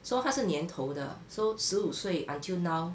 so 她是年头的 so 十五岁 until now